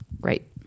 right